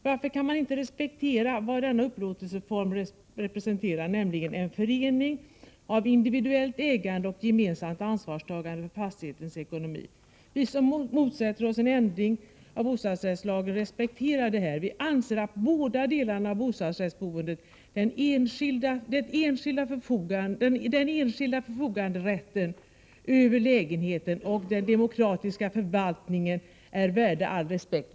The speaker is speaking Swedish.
Varför kan man inte respektera vad denna upplåtelseform representerar, nämligen en förening av individuellt ägande och av gemensamt ansvarstagande för fastighetens ekonomi? Vi som motsätter oss en ändring av bostadsrättslagen respekterar den här upplåtelseformen. Vi anser att båda typerna av bostadsrättsboendet — dels den enskilda förfoganderätten över lägenheten, dels den demokratiska förvaltningen — är värda all respekt.